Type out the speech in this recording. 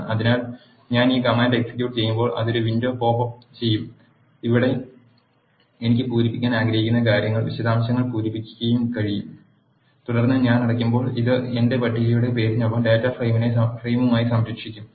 അതിനാൽ ഞാൻ ഈ കമാൻഡ് എക്സിക്യൂട്ട് ചെയ്യുമ്പോൾ അത് ഒരു വിൻഡോ പോപ്പ് അപ്പ് ചെയ്യും ഇവിടെ എനിക്ക് പൂരിപ്പിക്കാൻ ആഗ്രഹിക്കുന്ന കാര്യങ്ങൾ വിശദാംശങ്ങൾ പൂരിപ്പിക്കാൻ കഴിയും തുടർന്ന് ഞാൻ അടയ്ക്കുമ്പോൾ ഇത് എന്റെ പട്ടികയുടെ പേരിനൊപ്പം ഡാറ്റ ഫ്രെയിമായി സംരക്ഷിക്കും